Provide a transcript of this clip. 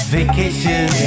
Vacation